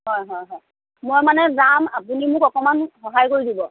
হয় হয় হয় মই মানে যাম আপুনি মোক অকণমান সহায় কৰি দিব